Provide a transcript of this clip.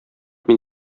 мин